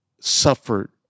suffered